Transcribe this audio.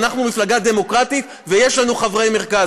אנחנו מפלגה דמוקרטית ויש לנו חברי מרכז,